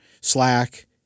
Slack